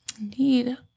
Indeed